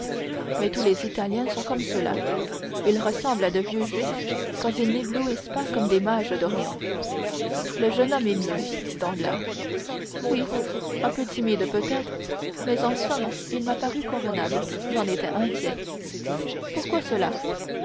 mais tous les italiens sont comme cela ils ressemblent à de vieux juifs quand ils n'éblouissent pas comme des mages d'orient le jeune homme est mieux dit danglars oui un peu timide peut-être mais en somme il m'a paru convenable j'en étais inquiet pourquoi cela